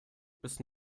bis